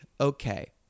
okay